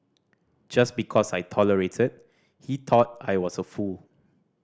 just because I tolerated he thought I was a fool